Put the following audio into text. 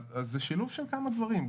זה שילוב של כמה דברים,